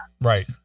Right